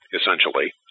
essentially